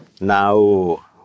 now